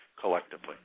collectively